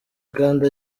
kandi